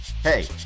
Hey